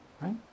right